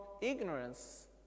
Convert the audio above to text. ignorance